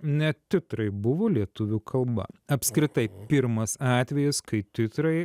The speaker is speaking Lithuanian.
net titrai buvo lietuvių kalba apskritai pirmas atvejis kai titrai